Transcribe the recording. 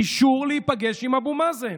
אישור להיפגש עם אבו מאזן.